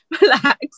relax